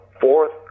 Fourth